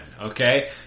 okay